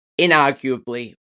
inarguably